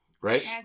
Right